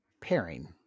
pairing